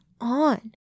On